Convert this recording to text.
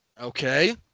Okay